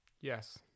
Yes